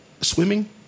Swimming